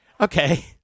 okay